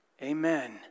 Amen